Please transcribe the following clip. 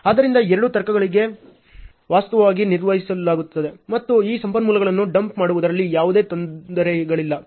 ಆದ್ದರಿಂದ ಎರಡೂ ತರ್ಕಗಳನ್ನು ವಾಸ್ತವವಾಗಿ ನಿರ್ವಹಿಸಲಾಗುತ್ತದೆ ಮತ್ತು ಈ ಸಂಪನ್ಮೂಲಗಳನ್ನು ಡಂಪ್ ಮಾಡುವುದರಲ್ಲಿ ಯಾವುದೇ ತೊಂದರೆಗಳಿಲ್ಲ